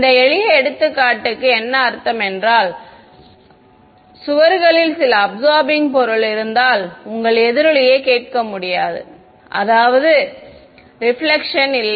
இந்த எளிய எடுத்துக்காட்டுக்கு என்ன அர்த்தம் என்றால் ஆனால் சுவர்களில் சில அபிசார்பிங் பொருள் இருந்தால் உங்கள் எதிரொலியை கேட்க முடியாது அதாவது ரிபிலக்ஷன் இல்லை